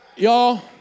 Y'all